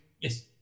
Yes